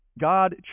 God